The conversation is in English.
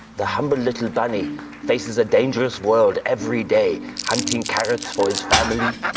the humble little bunny faces a dangerous world every day, hunting carrots for his family,